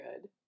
good